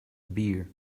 beer